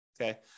okay